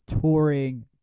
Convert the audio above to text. touring